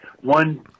one